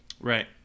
right